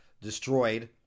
destroyed